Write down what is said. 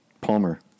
Palmer